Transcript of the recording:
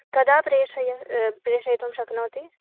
कदा प्रेषय प्रेषयितुं शक्नोति